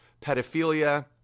pedophilia